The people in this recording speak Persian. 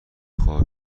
خاک